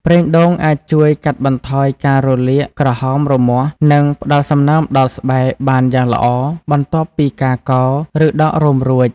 ប្រេងដូងអាចជួយ កាត់បន្ថយការរលាក ក្រហមរមាស់ និង ផ្ដល់សំណើមដល់ស្បែក បានយ៉ាងល្អ បន្ទាប់ពីការកោរ ឬដករោមរួច។